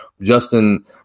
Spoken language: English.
Justin